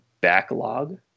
backlog